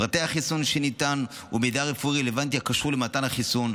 פרטי החיסון שניתן ומידע רפואי רלוונטי הקשור למתן החיסון,